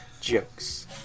Jokes